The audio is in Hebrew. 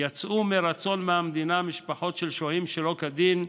יצאו מרצון מהמדינה משפחות של שוהים שלא כדין,